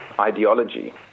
ideology